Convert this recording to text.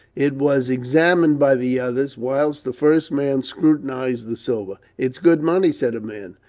it was examined by the others, whilst the first man scrutinized the silver. it's good money, said a man.